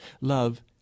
love